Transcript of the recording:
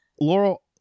Laurel